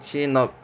actually now